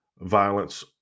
violence